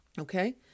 Okay